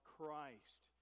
Christ